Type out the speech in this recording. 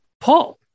Paul